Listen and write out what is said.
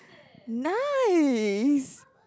nice